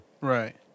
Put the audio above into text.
Right